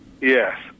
Yes